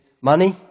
money